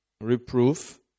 reproof